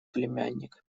племянник